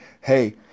Hey